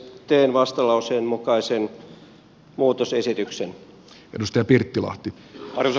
teen vastalauseen mukaisen muutosesityksen